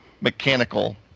mechanical